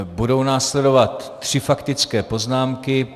Budou následovat tři faktické poznámky.